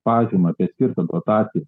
pažymas ir skirtas dotacijas